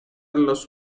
los